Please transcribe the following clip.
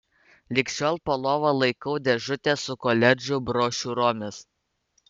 lig šiol po lova laikau dėžutę su koledžų brošiūromis